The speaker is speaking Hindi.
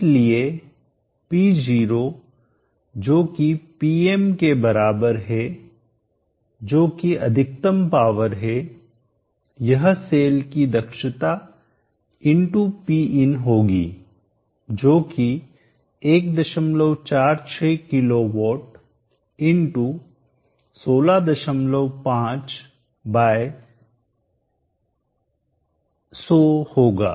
इसलिए P0 जोकि Pm के बराबर है जो कि अधिकतम पावर है यह सेल की दक्षता Pin होगी जोकि 146 KW 165 बाय 100 होगा